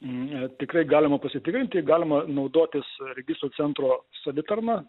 ne tikrai galima pasitikrinti galima naudotis registrų centro savitarna